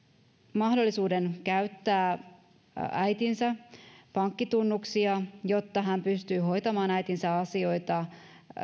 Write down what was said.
mahdollisuuden käyttää äitinsä pankkitunnuksia jotta hän pystyy hoitamaan äitinsä asioita